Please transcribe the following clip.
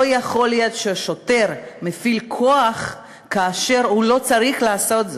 לא יכול להיות ששוטר מפעיל כוח כאשר הוא לא צריך לעשות זאת.